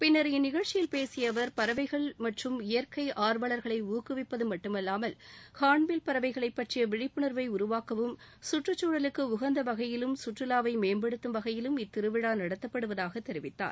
பின்னா் இந்நிகழ்ச்சியில் பேசிய அவா் பறவைகள் மற்றும் இயற்கை ஆர்வலா்களை ஊக்குவிப்பது மட்டுமல்லாமல் ஹா்ன்பில் பறவைகளைப் பற்றிய விழிப்புணா்வை உருவாக்கவும் சுற்றுச்சூழலுக்கு உகந்த வகையிலும் சுற்றுவாவை மேம்படுத்தும் வகையிலும் இத்திருவிழா நடத்தப்படுவதாக தெரிவித்தார்